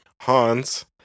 Hans